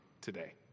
today